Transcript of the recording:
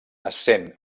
essent